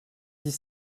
dix